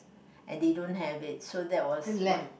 and they don't have it so that was why